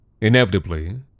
Inevitably